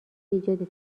ایجاد